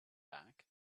back